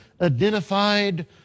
identified